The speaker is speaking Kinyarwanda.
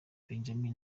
benjamin